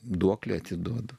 duoklę atiduoti